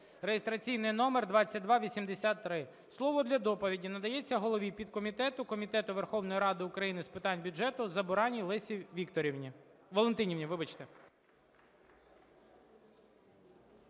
(реєстраційний номер 2283) Слово для доповіді надається голові підкомітету Комітету Верховної Ради України з питань бюджету Забуранній Лесі Вікторівні… Валентинівні, вибачте.